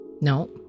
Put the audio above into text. No